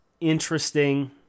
interesting